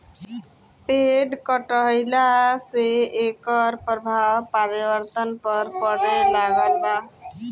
पेड़ कटईला से एकर प्रभाव पर्यावरण पर पड़े लागल बा